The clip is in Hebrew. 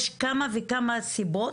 יש כמה וכמה סיבות,